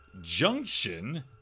Junction